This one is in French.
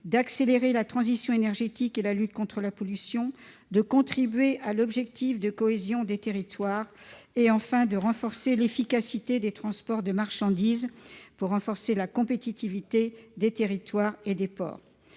d'accélérer la transition énergétique et la lutte contre la pollution, de contribuer à la cohésion des territoires et, enfin, de renforcer l'efficacité des transports de marchandises pour accroître la compétitivité des territoires et des ports.